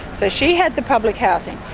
so she had the public housing,